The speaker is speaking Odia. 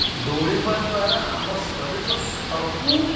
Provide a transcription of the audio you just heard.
ଦୌଡ଼ିବା ଦ୍ୱାରା ଆମ ଶରୀରର ସବୁ